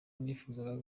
nifuzaga